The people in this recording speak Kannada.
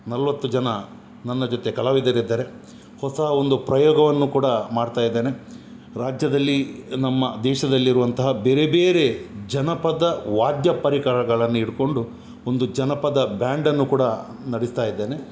ನಲವತ್ತು ಜನ ನನ್ನ ಜೊತೆ ಕಲಾವಿದರಿದ್ದಾರೆ ಹೊಸ ಒಂದು ಪ್ರಯೋಗವನ್ನು ಕೂಡ ಮಾಡ್ತಾಯಿದ್ದೇನೆ ರಾಜ್ಯದಲ್ಲಿ ನಮ್ಮ ದೇಶದಲ್ಲಿರುವಂತಹ ಬೇರೆ ಬೇರೆ ಜನಪದ ವಾದ್ಯ ಪರಿಕರಗಳನ್ನು ಇಟ್ಕೊಂಡು ಒಂದು ಜನಪದ ಬ್ಯಾಂಡನ್ನು ಕೂಡ ನಡೆಸ್ತಾಯಿದ್ದೇನೆ